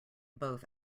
both